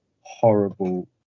horrible